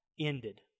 ended